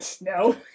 no